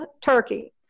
turkey